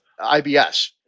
IBS